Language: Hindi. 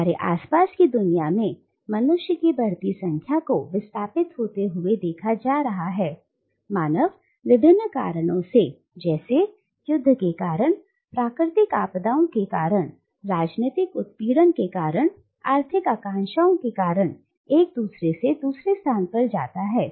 हमारे आसपास की दुनिया में मनुष्य की बढ़ती संख्या को विस्थापित होते हुए देखा जा रहा है मानव विभिन्न कारणों से जैसे युद्ध के कारण प्राकृतिक आपदाओं के कारण राजनैतिक उत्पीड़न के कारण आर्थिक आकांक्षाओं आदि के कारण एक स्थान से दूसरे स्थान पर जा रहा है